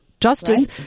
justice